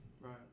Right